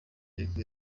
ariko